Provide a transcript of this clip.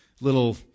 little